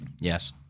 Yes